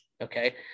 okay